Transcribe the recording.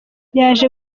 yaje